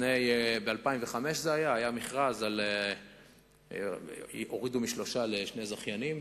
ב-2005 היה מכרז, והורידו משלושה לשני זכיינים,